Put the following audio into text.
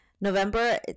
November